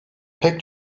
pek